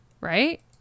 right